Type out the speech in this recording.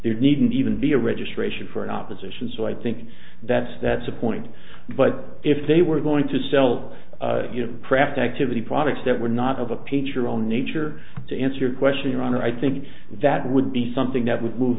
there needn't even be a registration for an opposition so i think that's that's a point but if they were going to sell craft activity products that were not of a peach your own nature to answer your question your honor i think that would be something that would move